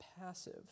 passive